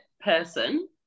person